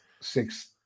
six